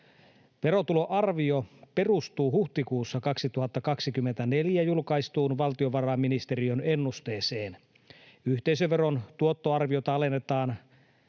Verotuloarvio perustuu huhtikuussa 2024 julkaistuun valtiovarainministeriön ennusteeseen. Yhteisöveron tuottoarviota alennetaan